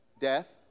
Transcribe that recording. death